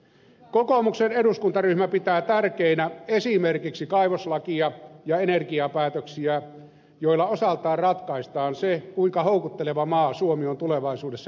kokoomuksen eduskuntaryhmä pitää tärkeinä esimerkiksi kaivoslakia ja energiapäätöksiä joilla osaltaan ratkaistaan se kuinka houkutteleva maa suomi on tulevaisuudessa investointikohteena